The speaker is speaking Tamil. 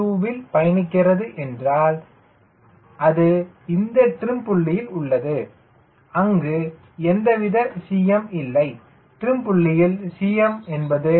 2 வில் பயணிக்கிறது என்றால் அது இந்த டிரிம் புள்ளியில் உள்ளது அங்கு எந்தவித Cm இல்லை டிரிம் புள்ளியில் Cm என்பது 0